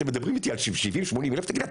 אתם מדברים איתי על 70,000 80,000?! תגידו,